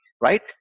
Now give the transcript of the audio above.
right